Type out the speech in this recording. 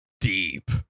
deep